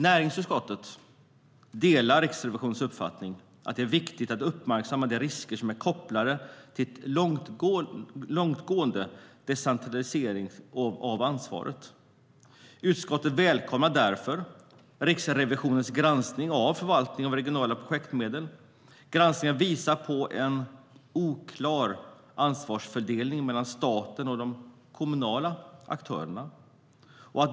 Näringsutskottet delar Riksrevisionens uppfattning att det är viktigt att uppmärksamma de risker som är kopplade till en långtgående decentralisering av ansvaret. Utskottet välkomnar därför Riksrevisionens granskning av förvaltningen av regionala projektmedel. Granskningen har visat på en oklar ansvarsfördelning mellan staten och de kommunala aktörerna.